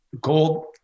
gold